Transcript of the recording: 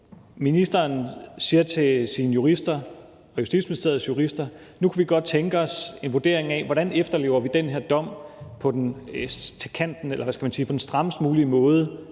ministeren siger til sine jurister og til Justitsministeriets jurister, at nu kunne vi godt tænke os en vurdering af, hvordan vi efterlever den her dom, hvad skal man sige,